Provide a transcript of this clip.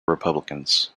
republicans